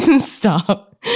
Stop